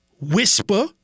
Whisper